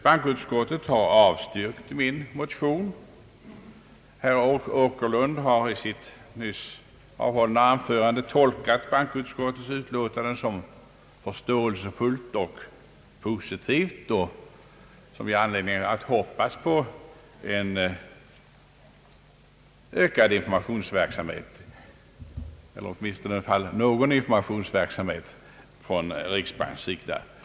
Bankoutskottet har avstyrkt min motion. Herr Åkerlund har i sitt nyss hållna anförande tolkat bankoutskottets utlåtande som förståelsefullt och positivt och anser att vi kan hoppas på en ökad eller i varje fall någon informationsverksamhet från riksbankens sida.